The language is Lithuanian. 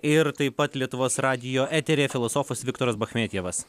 ir taip pat lietuvos radijo eteryje filosofas viktoras bachmetjevas